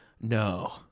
No